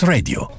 Radio